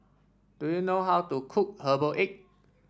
do you know how to cook Herbal Egg